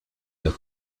los